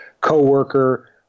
coworker